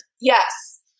Yes